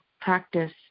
practice